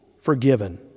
forgiven